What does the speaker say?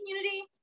community